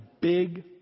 big